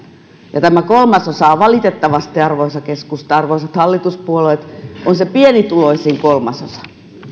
ja tämä kolmasosa on valitettavasti arvoisa keskusta arvoisat hallituspuolueet se pienituloisin kolmasosa